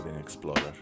Explorer